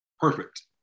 perfect